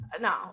no